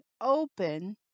open